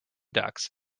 ducks